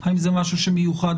האם זה משהו שמיוחד